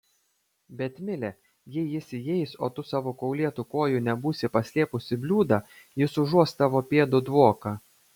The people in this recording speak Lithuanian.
bet mile jei jis įeis o tu savo kaulėtų kojų nebūsi paslėpus į bliūdą jis užuos tavo pėdų dvoką